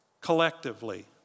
collectively